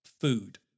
food